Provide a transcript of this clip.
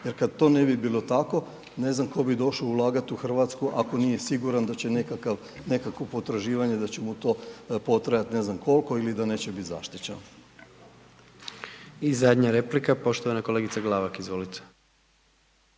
Jer kad to ne bi bilo tako ne znam tko bi došao u Hrvatsku ako nije siguran da će nekakav, nekakvo potraživanje da će mu to potrajati ne znam koliko ili da neće biti zaštićen. **Jandroković, Gordan (HDZ)** I zadnja replika poštovana kolegica Glavak, izvolite.